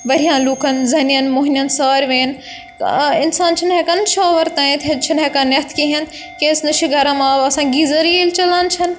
واریاہَن لُکَن زَنٮ۪ن موٚہنیٚن سارویَن اِنسان چھُنہٕ ہٮ۪کان شاوَر تانٮ۪تھ چھِنہٕ ہٮ۪کان نٮ۪تھ کِہیٖنۍ کیٛازِ نہٕ چھِ گَرَم آب آسان گیٖزَرٕے ییٚلہِ چَلان چھَنہٕ